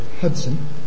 Hudson